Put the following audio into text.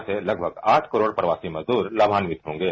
इस योजना से लगभग आठ करोड़ प्रवासी मजदूर लाभांवित होंगे